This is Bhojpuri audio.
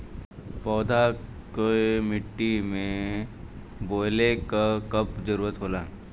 पौधा के मिट्टी में बोवले क कब जरूरत होला